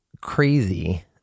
crazy